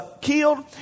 killed